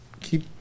keep